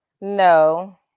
no